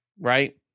Right